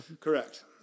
correct